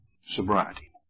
sobriety